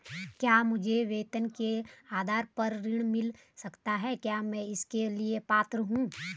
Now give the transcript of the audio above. क्या मुझे वेतन के आधार पर ऋण मिल सकता है क्या मैं इसके लिए पात्र हूँ?